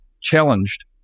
challenged